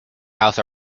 house